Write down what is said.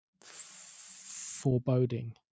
foreboding